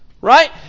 Right